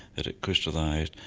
that it crystallised,